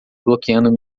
bloqueando